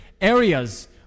areas